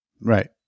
Right